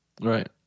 right